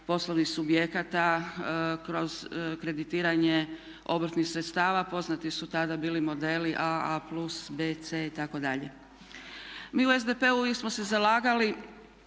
poslovnih subjekata kroz kreditiranje obrtnih sredstava. Poznati su tada bili modeli AA, A+, B, C itd. Mi u SDP-u uvijek smo se zalagali